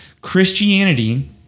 Christianity